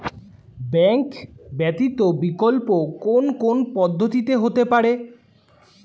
Bank ব্যতীত বিকল্প কোন কোন পদ্ধতিতে হতে পারে?